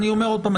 אני אומר עוד פעם,